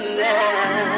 now